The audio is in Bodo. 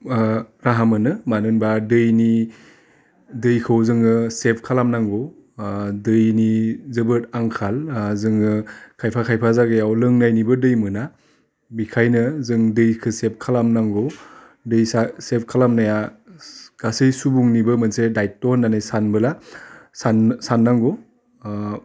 ओह राहा मोनो मानो होनबा दैनि दैखौ जोङो सेभ खालामनांगौ अह दैनि जोबोद आंखाल ओह जोङो खायफा खायफा जागायाव लोंनायनिबो दै मोना बिखायनो जोंनि दैखो सेभ खालामनांगौ दै सेभ खालानाया गासै सुबुंनिबो मोनसे दाइथ होननानै सानबोला सान साननांगौ अह